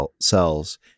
cells